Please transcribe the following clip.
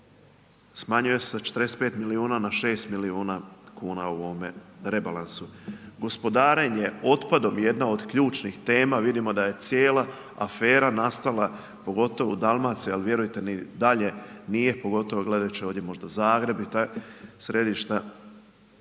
smanjuje se sa 45 milijuna na 6 milijuna kuna u ovome rebalansu, gospodarenje otpadom je jedna od ključnih tema, vidimo da je cijela afera nastala, pogotovo u Dalmaciji, ali vjerujte ni dalje nije, pogotovo gledajući ovdje možda Zagreb i ta središta,